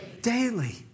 Daily